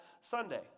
Sunday